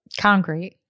concrete